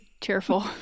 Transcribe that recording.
Cheerful